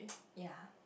ya